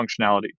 functionality